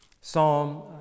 psalm